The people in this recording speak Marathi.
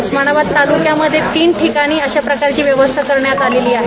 उस्मानाबाद तालुक्यामध्ये तीन ठिकाणी अशा प्रकारची व्यवस्था करण्यात आली आहे